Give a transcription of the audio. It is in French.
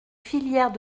filières